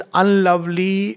unlovely